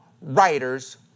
writers